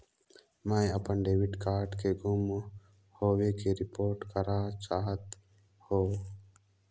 मैं अपन debit card के गुम होवे के रिपोर्ट करा चाहत हों